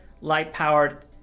light-powered